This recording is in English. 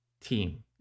team